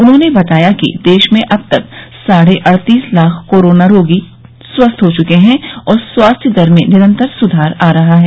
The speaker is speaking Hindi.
उन्होंने बताया कि देश में अब तक साढे अड़तीस लाख कोरोना रोगी स्वस्थ हो चुके हैं और स्वास्थ्य दर में निरंतर सुधार आ रहा है